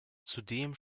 zudem